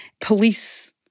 police